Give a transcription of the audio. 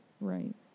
Right